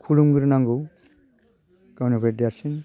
खुलुमग्रोनांगौ गावनिफ्राय देरसिन